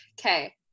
Okay